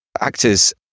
actors